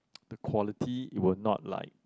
the quality will not like